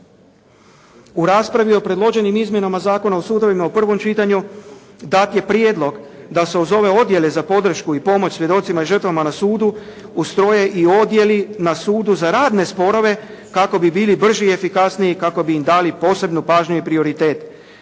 U raspravi o predloženim izmjenama Zakona o sudovima u prvom čitanju dat je prijedlog da se uz ove odjele za podršku i pomoć svjedocima i žrtvama na sudu ustroje i odjeli na sudu za radne sporove kako bi bili brži i efikasniji i kako bi im dali posebnu pažnju i prioritet.